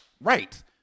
Right